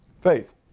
Faith